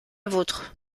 vôtre